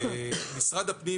שמשרד הפנים,